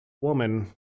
woman